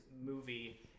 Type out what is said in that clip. movie